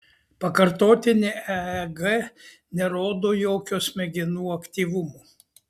pakartotinė eeg nerodo jokio smegenų aktyvumo